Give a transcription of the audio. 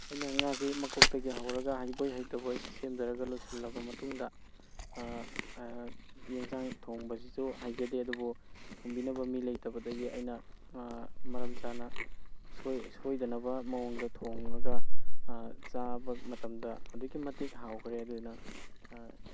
ꯑꯩꯅ ꯉꯥꯁꯤ ꯃꯀꯣꯛꯇꯒꯤ ꯍꯧꯔꯒ ꯍꯩꯕꯣꯏ ꯍꯩꯇꯕꯣꯏ ꯁꯦꯝꯖꯔꯒ ꯂꯣꯏꯁꯤꯜꯂꯕ ꯃꯇꯨꯡꯗ ꯌꯦꯟꯁꯥꯡ ꯊꯣꯡꯕꯁꯤꯁꯨ ꯍꯩꯖꯗꯦ ꯑꯗꯨꯕꯨ ꯊꯣꯡꯕꯤꯗꯅꯕ ꯃꯤ ꯂꯩꯇꯕꯗꯒꯤ ꯑꯩꯅ ꯃꯔꯝ ꯆꯥꯅ ꯁꯣꯏꯗꯅꯕ ꯃꯑꯣꯡꯗ ꯊꯣꯡꯉꯒ ꯆꯥꯕ ꯃꯇꯝꯗ ꯑꯗꯨꯛꯀꯤ ꯃꯇꯤꯛ ꯍꯥꯎꯒꯔꯦ ꯑꯗꯨ ꯑꯩꯅ